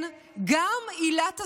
כן, גם עילת הסבירות,